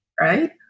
right